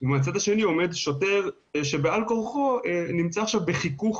ומהצד השני עומד שוטר שבעל-כורחו נמצא עכשיו בחיכוך